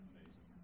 Amazing